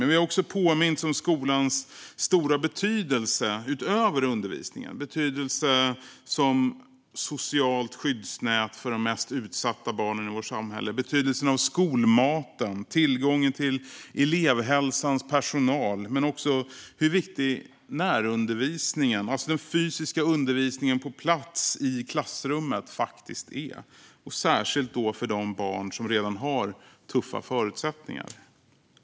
Men vi har också påmints om skolans stora betydelse utöver undervisningen. Det handlar om betydelsen som socialt skyddsnät för de mest utsatta barnen i vårt samhälle. Det handlar om betydelsen av skolmaten och tillgången till elevhälsans personal. Men det handlar också om hur viktig närundervisningen, alltså den fysiska undervisningen på plats i klassrummet, faktiskt är och särskilt för de barn som redan har tuffa förutsättningar.